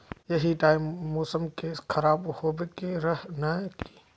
यही टाइम मौसम के खराब होबे के रहे नय की?